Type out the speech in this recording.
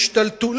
והשתלטו.